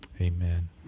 Amen